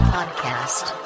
Podcast